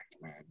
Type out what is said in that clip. man